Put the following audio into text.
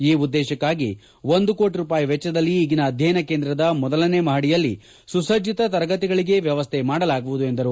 ಈ ಉದ್ದೇಶಕ್ಕಾಗಿ ಒಂದು ಕೋಟ ರೂಪಾಯಿ ವೆಜ್ವದಲ್ಲಿ ಈಗಿನ ಅಧ್ಯಯನ ಕೇಂದ್ರದ ಮೊದಲನೇ ಮಹಡಿಯಲ್ಲಿ ಸುಸಜ್ಜತ ತರಗತಿಗಳಿಗೆ ವ್ಯವಸ್ಥೆ ಮಾಡಲಾಗುವುದು ಎಂದರು